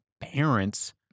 parents